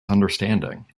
understanding